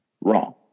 wrong